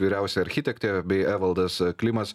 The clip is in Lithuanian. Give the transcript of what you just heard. vyriausia architektė bei evaldas klimas